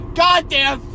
goddamn